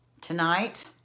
tonight